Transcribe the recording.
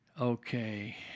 Okay